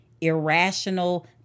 irrational